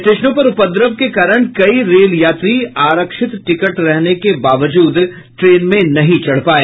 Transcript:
स्टेशनों पर उपद्रव के कारण कई रेल यात्री आरक्षित टिकट रहने के बावजूद ट्रेन में नहीं चढ़ पाए